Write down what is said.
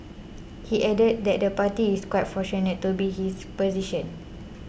he added that the party is quite fortunate to be his position